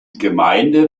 gemeinde